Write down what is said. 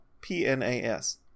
PNAS